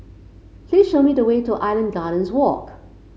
please show me the way to Island Gardens Walk